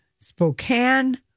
Spokane